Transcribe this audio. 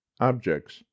Objects